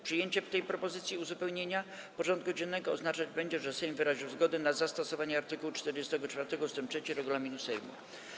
Przyjęcie tej propozycji uzupełnienia porządku dziennego oznaczać będzie, że Sejm wyraził zgodę na zastosowanie art. 44 ust. 3 regulaminu Sejmu.